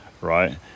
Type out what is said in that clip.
right